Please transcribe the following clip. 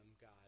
God